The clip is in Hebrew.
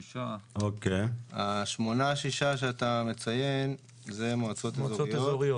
השמונה, שישה, שאתה מציין זה מועצות אזוריות.